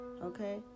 okay